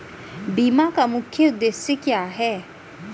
बीमा का मुख्य उद्देश्य क्या है?